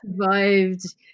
survived